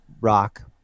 rock